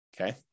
okay